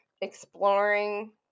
exploring